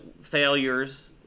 failures